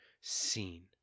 seen